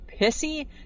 pissy